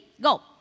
Go